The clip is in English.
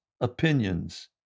opinions